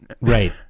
Right